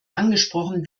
angesprochen